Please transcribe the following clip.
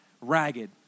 ragged